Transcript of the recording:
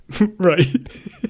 Right